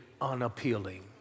unappealing